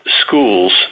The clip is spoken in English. schools